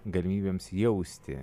galimybėms jausti